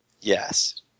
Yes